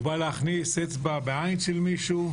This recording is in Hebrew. הוא בא להכניס אצבע בעין של מישהו,